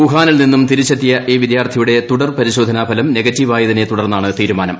വുഹാനിൽ നിന്നും തിരിച്ചെത്തിയ ഈ വിദ്യാർത്ഥിയുടെ തുടർ പരിശോധനാ ഫലം നെഗറ്റീവായതിനെ തുടർന്നാണ് തീരുമാനം